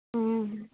ᱦᱮᱸ